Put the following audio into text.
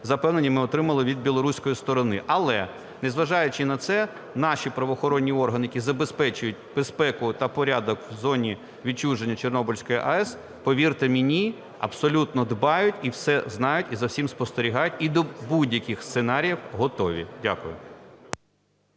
запевнення ми отримали від білоруської сторони. Але, не зважаючи на це, наші правоохоронні органи, які забезпечують безпеку та порядок в зоні відчуження Чорнобильської АЕС, повірте мені, абсолютно дбають, і все знають, і за всім спостерігають, і до будь-яких сценаріїв готові. Дякую.